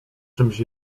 czymś